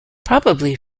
probably